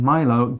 Milo